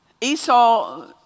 Esau